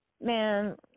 man